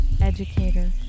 educator